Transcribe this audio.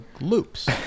loops